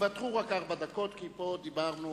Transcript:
ייוותרו רק ארבע דקות, כי פה דיברנו